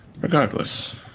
Regardless